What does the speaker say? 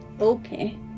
Okay